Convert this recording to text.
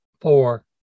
four